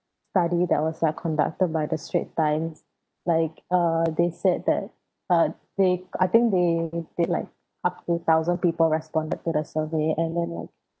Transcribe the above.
study that was uh conducted by the straits times like uh they said that uh they I think they they like up to thousand people responded to the survey and then like